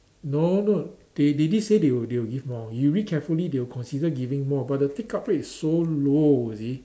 no no they did say they will they will give more you read carefully they will consider giving more but the take up rate is so low you see